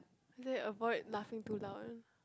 then you avoid laughing too loud